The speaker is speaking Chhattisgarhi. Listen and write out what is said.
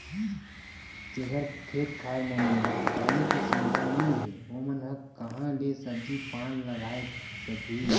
जेखर खेत खार मन म पानी के सुबिधा नइ हे ओमन ह काँहा ले सब्जी पान लगाए सकही